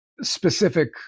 specific